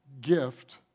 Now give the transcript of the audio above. gift